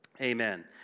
amen